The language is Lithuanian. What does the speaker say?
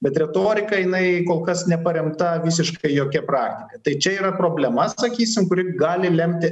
bet retorika jinai kol kas neparemta visiškai jokia praktika tai čia yra problema sakysim kuri gali lemti